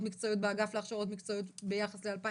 המקצועיות באגף להכשרות מקצועיות ביחס ל-2019.